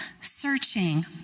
searching